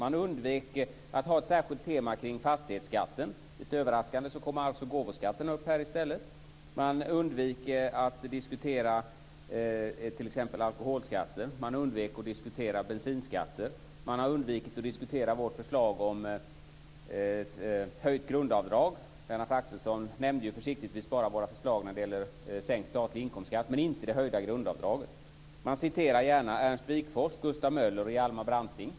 Man undvek ett särskilt tema kring fastighetsskatten. Lite överraskande kom gåvoskatten upp i stället. Man undvek att diskutera t.ex. alkoholskatten. Man undvek att diskutera bensinskatter. Man har undvikit att diskutera vårt förslag om höjt grundavdrag. Lennart Axelsson nämnde försiktigtvis bara våra förslag när det gäller sänkt statlig inkomstskatt, men inte det höjda grundavdraget. Man citerar gärna Ernst Wigforss, Gustav Möller och Hjalmar Branting.